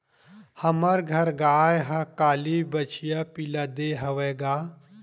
हमर घर गाय ह काली बछिया पिला दे हवय गा